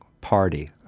party